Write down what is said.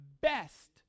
best